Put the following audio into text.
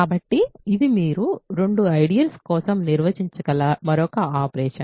కాబట్టి ఇది మీరు రెండు ఐడియల్స్ కోసం నిర్వహించగల మరొక ఆపరేషన్